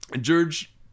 george